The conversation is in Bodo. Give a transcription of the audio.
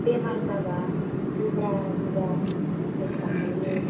बेमार जाबा जुब्रा जुब्रा साइस थाखायो